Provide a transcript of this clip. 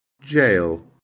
jail